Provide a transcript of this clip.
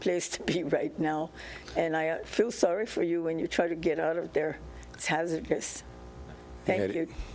place to be right now and i feel sorry for you when you try to get out of there